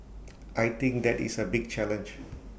I think that is A big challenge